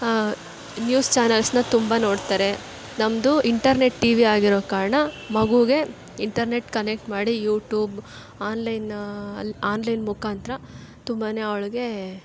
news ಚಾನೆಲ್ಸನ್ನ ತುಂಬ ನೋಡ್ತಾರೆ ನಮ್ಮದು ಇಂಟರ್ನೆಟ್ ಟಿ ವಿ ಆಗಿರೋ ಕಾರಣ ಮಗೂಗೆ ಇಂಟರ್ನೆಟ್ ಕನೆಕ್ಟ್ ಮಾಡಿ ಯೂಟೂಬ್ ಆನ್ಲೈನ್ ಅಲ್ಲಿ ಆನ್ಲೈನ್ ಮುಖಾಂತರ ತುಂಬಾ ಅವಳ್ಗೆ